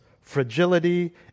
fragility